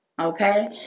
okay